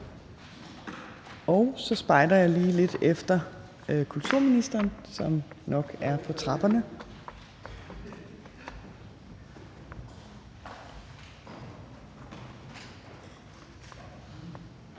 Så spejder jeg lige lidt efter kulturministeren, som nok er på trapperne.